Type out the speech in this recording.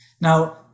Now